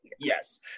Yes